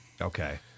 Okay